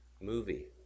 movie